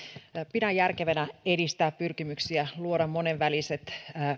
pidän järkevänä että edistetään pyrkimyksiä luoda monenväliset